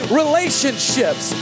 relationships